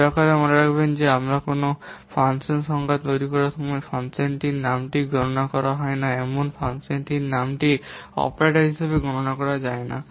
দয়া করে মনে রাখবেন যে আমরা কোনও ফাংশন সংজ্ঞা তৈরি করার সময় ফাংশনটির নামটি গণনা করা হয় না এমন ফাংশনের নামটি অপারেটর হিসাবে গণনা করা হয় না